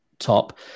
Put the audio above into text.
top